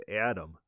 Adam